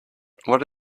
what